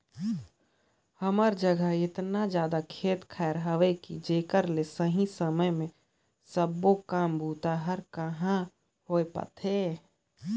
हमर जघा एतना जादा खेत खायर हवे कि जेकर ले सही समय मे सबो काम बूता हर कहाँ होए पाथे